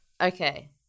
Okay